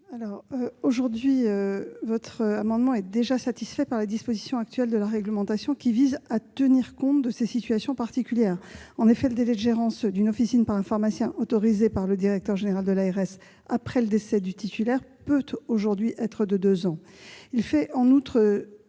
Gouvernement ? Ces amendements sont déjà satisfaits par les dispositions actuelles de la réglementation qui visent à tenir compte de ces situations particulières. Ainsi, le délai de gérance d'une officine par un pharmacien autorisé par le directeur général de l'ARS après le décès du titulaire peut aujourd'hui être de deux ans. Il fait suite